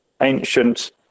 ancient